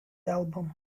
album